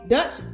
Dutch